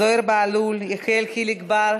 זוהיר בהלול, יחיאל חיליק בר,